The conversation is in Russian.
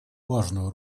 важную